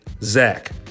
Zach